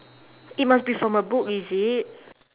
it must be from a book is it